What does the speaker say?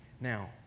Now